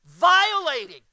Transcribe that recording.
violating